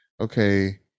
okay